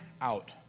out